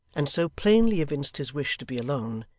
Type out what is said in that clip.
and so plainly evinced his wish to be alone,